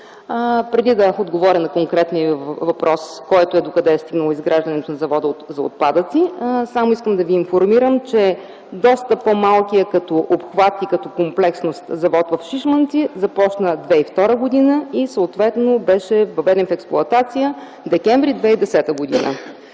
Преди да отговоря на конкретния въпрос, който е: докъде е стигнало изграждането на Завода за отпадъци, само искам да Ви информирам, че доста по-малкия като обхват и като комплексност завод в Шишманци започна да се строи 2002 г. и съответно беше въведен в експлоатация декември 2010 г.,